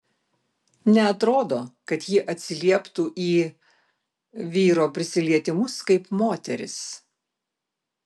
neatrodo kad ji atsilieptų į vyro prisilietimus kaip moteris